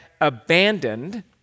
abandoned